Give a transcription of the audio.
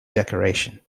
decoration